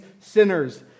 sinners